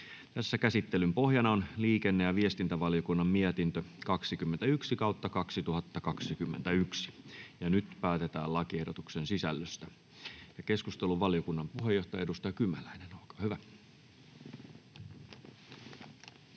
asia. Käsittelyn pohjana on liikenne- ja viestintävaliokunnan mietintö LiVM 21/2021 vp. Nyt päätetään lakiehdotuksen sisällöstä. — Valiokunnan puheenjohtaja, edustaja Kymäläinen. Olkaa hyvä.